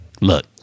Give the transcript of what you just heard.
look